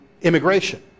immigration